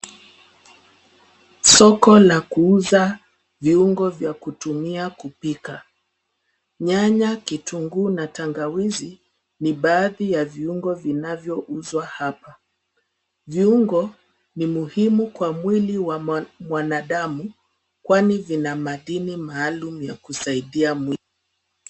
Soko la kuuza viungo vya kutumia kupika. Nyanya, kitunguu na tangawizi ni baadhi ya viungo vinavyouzwa hapa. Viungo ni muhimu kwa mwili wa mwanadamu kwani vina madini maalum ya kusaidia mwili.